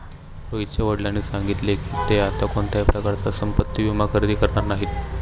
रोहितच्या वडिलांनी सांगितले की, ते आता कोणत्याही प्रकारचा संपत्ति विमा खरेदी करणार नाहीत